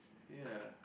ya